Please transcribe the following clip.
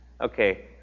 Okay